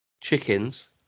chickens